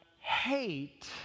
hate